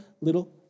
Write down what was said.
little